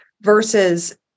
versus